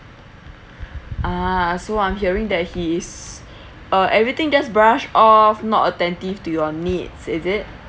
ah so I'm hearing that he is uh everything just brush off not attentive to your needs is it